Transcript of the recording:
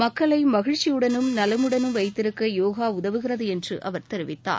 மக்களை மகிழ்ச்சியுடனும் நலமுடனும் வைத்திருக்க யோகா உதவுகிறது என்று அவர் தெரிவித்தார்